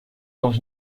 dans